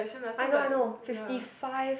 I know I know fifty five